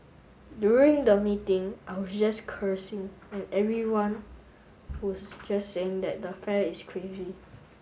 during the meeting I was just cursing and everyone was just saying that the fare is crazy